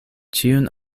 ĉiun